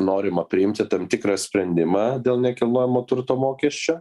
norima priimti tam tikrą sprendimą dėl nekilnojamo turto mokesčio